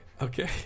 okay